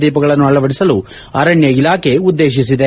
ದೀಪಗಳನ್ನು ಅಳವಡಿಸಲು ಅರಣ್ಯ ಇಲಾಖೆ ಉದ್ದೇಶಿಸಿದೆ